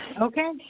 Okay